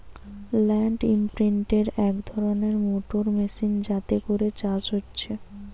land ইমপ্রিন্টের এক ধরণের মোটর মেশিন যাতে করে চাষ হচ্ছে